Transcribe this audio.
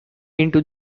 into